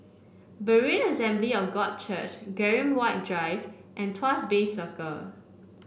Berean Assembly of God Church Graham White Drive and Tuas Bay Circle